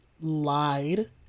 lied